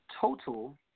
total